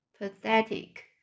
Pathetic